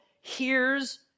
hears